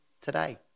today